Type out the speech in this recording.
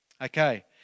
Okay